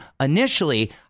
initially